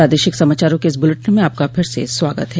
प्रादेशिक समाचारों के इस बुलेटिन में आपका फिर से स्वागत है